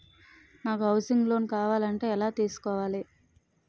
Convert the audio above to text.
నాకు housing loan కావాలంటే ఎలా తీసుకోవాలి?